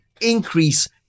increase